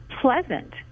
pleasant